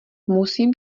musím